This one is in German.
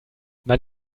man